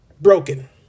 Broken